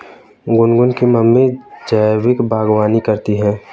गुनगुन की मम्मी जैविक बागवानी करती है